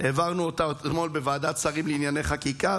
העברנו אותה אתמול בוועדת שרים לענייני חקיקה,